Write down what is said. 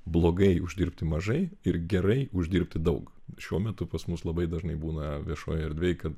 blogai uždirbti mažai ir gerai uždirbti daug šiuo metu pas mus labai dažnai būna viešojoje erdvėj kad